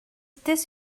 this